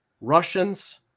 Russians